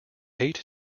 eight